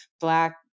Black